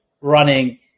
running